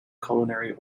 culinary